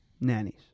nannies